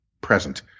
present